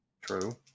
True